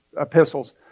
epistles